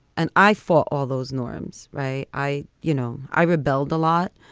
and i fought all those norms. right. i you know, i rebelled a lot.